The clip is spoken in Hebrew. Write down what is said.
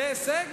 זה הישג?